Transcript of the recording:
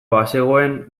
bazegoen